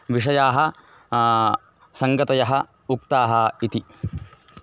विषयाः सङ्गतयः उक्ताः इति